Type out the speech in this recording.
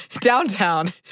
downtown